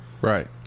Right